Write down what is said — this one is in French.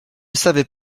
savait